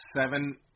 seven